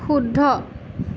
শুদ্ধ